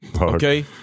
Okay